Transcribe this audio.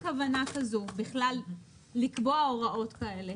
השאלה אם יש לכם כוונה כזאת לקבוע הוראות כאלה.